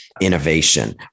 innovation